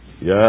Yes